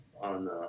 on